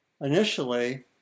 initially